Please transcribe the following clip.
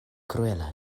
kruela